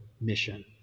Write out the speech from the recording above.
mission